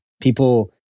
people